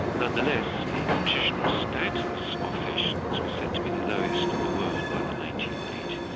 nonetheless the nutritional status of haitians was said to be the lowest in the world by the nineteen eighty